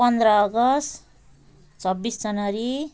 पन्ध्र अगस्त छब्बिस जनवरी